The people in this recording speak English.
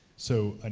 so, like,